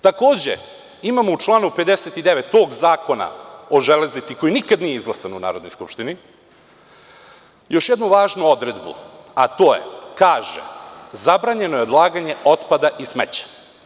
Takođe, imamo u članu 59.“, tog Zakona o železnici koji nikada nije izglasan u Skupštini, „još jednu važnu odredbu, a to je“, kaže: „zabranjeno je odlaganje otpada i smeća.